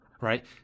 right